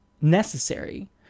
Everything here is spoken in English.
necessary